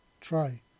Try